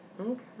Okay